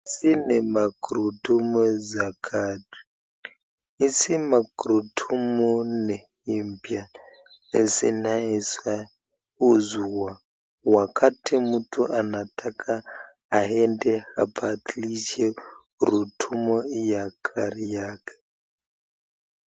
Hizi ni magurudumu za gari, hizi magurudumu ni mpya, zinaweza uzwa wakati mtu anataka aende abadilishe gurudumu ya gari yake.